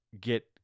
get